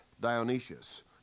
Dionysius